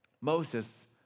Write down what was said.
Moses